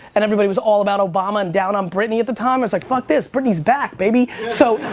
and everybody was all about obama and down on britney at the time, it's like, fuck this, britney's back, baby. so,